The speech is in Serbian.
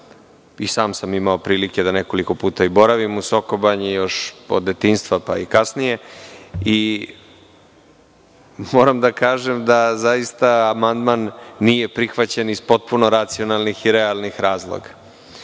i sam sam imao prilike da nekoliko puta boravim u Soko Banji, još od detinjstva a i kasnije, i moram da kažem da amandman nije prihvaćen iz potpuno racionalnih i realnih razloga. Prvi